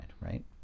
right